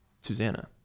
Susanna